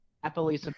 happily